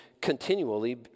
continually